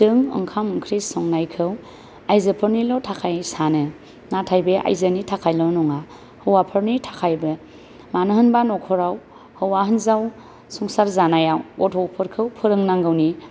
जों ओंखाम ओंख्रि संनायखौ आयजोफोरनिल' थाखाय सानो नाथाय बे आयजोनि थाखायल' नङा हौवाफोरनि थाखायबो मानो होनोबा न'खराव हौवा हिनजाव संसार जानायाव गथ'फोरखौ फोरोंनांगौनि